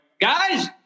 Guys